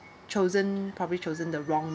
chosen probably chosen the wrong